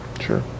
Sure